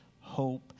hope